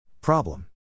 Problem